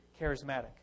charismatic